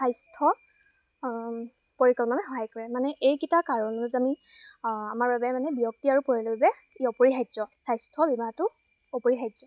স্বাস্থ্য পৰিকল্পনাত মানে সহায় কৰে মানে এইকেইটা কাৰণ যে আমি আমাৰ বাবে মানে ব্যক্তি আৰু পৰিয়ালৰ বাবে ই অপৰিহাৰ্য স্বাস্থ্য বীমাটো অপৰিহাৰ্য